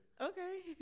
okay